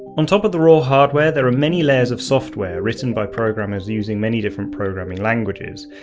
on top of the raw hardware there are many layers of software, written by programmers using many different programming languages.